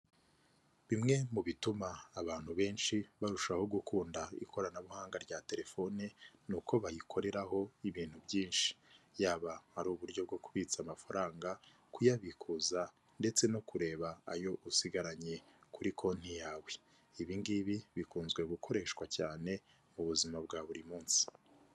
Bimwe mu bituma abantu benshi barushaho gukunda ikoranabuhanga rya telefone, ni uko bayikoreraho ibintu byinshi. Yaba ari uburyo bwo kubitsa amafaranga, kuyabikuza ndetse no kureba ayo usigaranye kuri konti yawe. Ibi ngibi bikunze gukoreshwa cyane mu buzima bwa buri munsi.